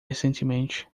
recentemente